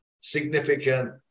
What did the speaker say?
significant